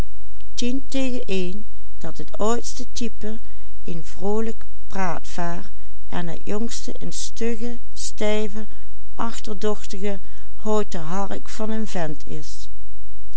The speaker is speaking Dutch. het jongste een stugge stijve achterdochtige houten hark van een vent is